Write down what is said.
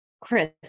Chris